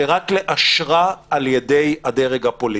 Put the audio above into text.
ורק לאשרה על ידי הדרג הפוליטי.